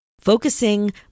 Focusing